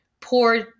poor